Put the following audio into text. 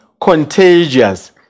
contagious